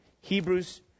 Hebrews